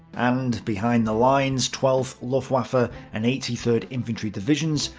and behind the lines, twelfth luftwaffe ah and eighty third infantry divisions,